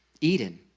Eden